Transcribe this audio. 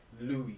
Louis